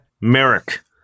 Merrick